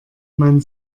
man